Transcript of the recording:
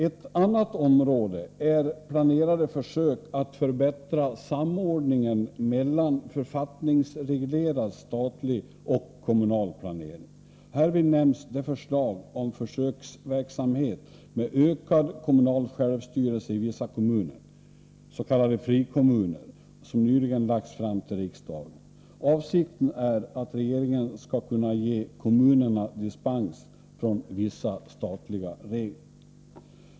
Ett annat område är planerade försök att förbättra samordningen mellan författningsreglerad statlig och kommunal planering. Härvid nämns det förslag om försöksverksamhet med ökad kommunal självstyrelse i vissa kommuner - s.k. frikommuner — som nyligen lagts fram till riksdagen. Avsikten är att regeringen skall kunna ge kommunerna dispens från vissa statliga regler.